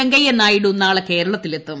വെങ്കയ്യ നായിഡു നാളെ കേരളത്തിലെത്തും